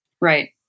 Right